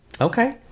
okay